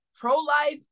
pro-life